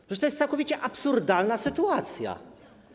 Przecież to jest całkowicie absurdalna sytuacja.